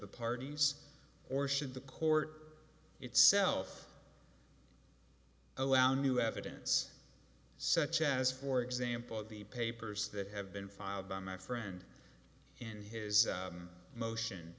the parties or should the court itself allow new evidence such as for example the papers that have been filed by my friend in his motion